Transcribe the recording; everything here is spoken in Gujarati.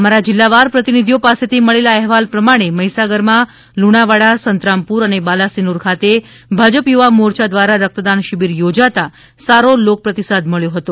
અમારા જીલ્લવાર પ્રતિનિધિઓ પાસે થી મળેલા અહેવાલ પ્રમાણે મહીસાગર માં લુણાવાડા સંતરામપુર અને બાલાશિનોર ખાતે ભાજપ યુવા મોરચા દ્વારા રક્તદાન શિબિર યોજાતા સારો લોક પ્રતિસાદ મળ્યો હતો